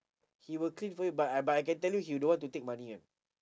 he will clean for you but I but I can tell you he don't want to take money [one]